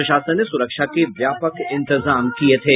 प्रशासन ने सुरक्षा के व्यापक इंतजाम किये थे